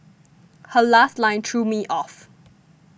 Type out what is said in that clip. her last line threw me off